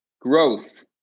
Growth